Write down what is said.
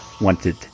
wanted